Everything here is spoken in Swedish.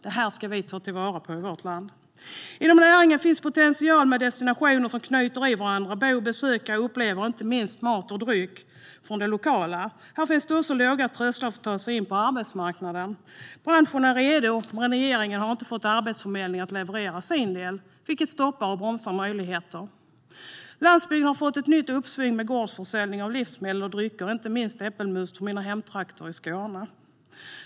Det här ska vi i vårt land ta vara på. Inom näringen finns potential med destinationer som anknyter till varandra där man kan bo, besöka och uppleva inte minst mat och dryck från det lokala. Här är dessutom trösklarna låga om man vill ta sig in på arbetsmarknaden. Branschen är redo, men regeringen har inte fått Arbetsförmedlingen att leverera sin del, vilket stoppar och bromsar möjligheter. Landsbygden har fått ett nytt uppsving med gårdsförsäljning av livsmedel och drycker. Det gäller inte minst äppelmust från mina hemtrakter i Skåne.